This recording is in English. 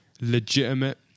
legitimate